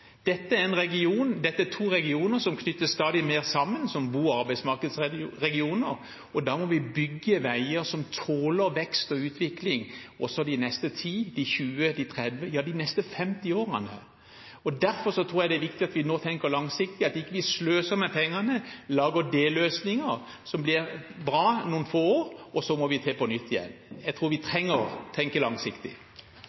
Dette er to regioner som knyttes stadig mer sammen som bo- og arbeidsmarkedsregioner, og da må vi bygge veier som tåler vekst og utvikling også de neste 10, 20, 30 og 50 årene. Derfor tror jeg det er viktig at vi nå tenker langsiktig, at vi ikke sløser med pengene og lager delløsninger som blir bra i noen få år, og så må vi i gang igjen på nytt. Jeg tror vi